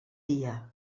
dia